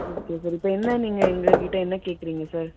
okay sir இப்போ என்ன நீங்கள் எங்கள் கிட்டே என்ன கேட்குறிங்க சார்